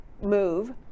move